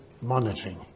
monitoring